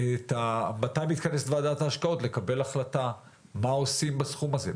מתי מתכנסת ועדת ההשקעות לקבל החלטה מה עושים בסכום הזה,